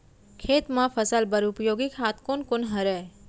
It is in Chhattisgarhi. खेत म फसल बर उपयोगी खाद कोन कोन हरय?